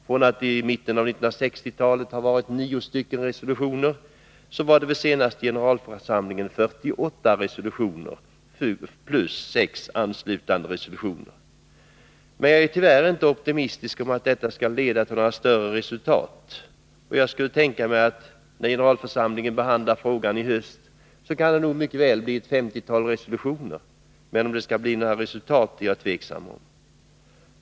Från att i mitten av 1960-talet ha varit nio var det vid den senaste generalförsamlingen 48 resolutioner plus sex anslutande resolutioner. Jag är tyvärr inte optimistisk om att detta skall leda till några större resultat. Jag skulle kunna tänka mig att när generalförsamlingen behandlar frågan i höst kan det mycket väl bli ett 50-tal resolutioner, men om det skall bli några resultat är jag tveksam till.